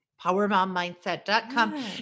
Powermommindset.com